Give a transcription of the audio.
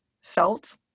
felt